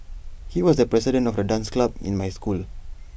he was the president of the dance club in my school